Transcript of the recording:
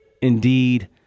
indeed